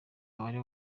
umubare